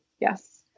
Yes